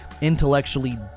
intellectually